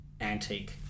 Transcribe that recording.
antique